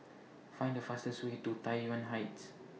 Find The fastest Way to Tai Yuan Heights